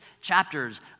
chapters